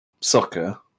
soccer